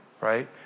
right